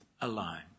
alone